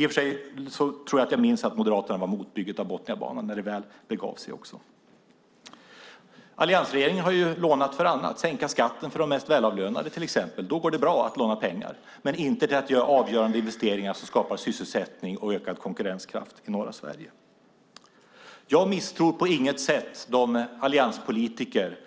I och för sig tror jag att jag minns att Moderaterna var emot bygget av Botniabanan när det begav sig. Alliansregeringen har ju lånat till annat, till exempel för att sänka skatten för de mest välavlönade. Då går det bra att låna pengar men inte till att göra avgörande investeringar som skapar sysselsättning och ökad konkurrenskraft i norra Sverige. Jag misstror på inget sätt de allianspolitiker